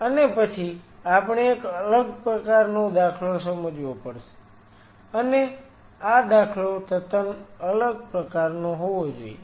અને પછી આપણે એક અલગ પ્રકારનો દાખલો સમજવો પડશે અને આ દાખલો તદ્દન અલગ પ્રકારનો હોવો જોઈએ